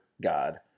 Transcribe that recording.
God